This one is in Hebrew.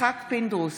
יצחק פינדרוס,